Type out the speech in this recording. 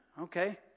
Okay